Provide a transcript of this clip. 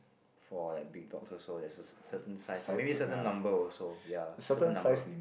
for like big dogs also there's a cer~ certain size or maybe certain number also ya certain number